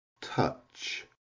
touch